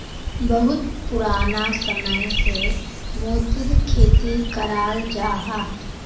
बहुत पुराना समय से मोतिर खेती कराल जाहा